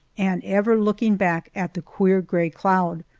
and ever looking back at the queer gray cloud.